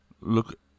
Look